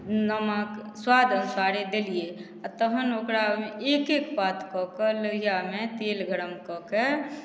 नमक सुआद अनुसारे देलिए आओर तहन ओकरा एक एक पात कऽ कऽ लोहिआमे तेल गरम कऽ कऽ